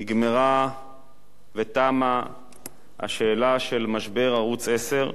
נגמרה ותמה השאלה של משבר ערוץ-10,